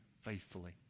faithfully